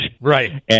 Right